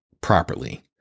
Properly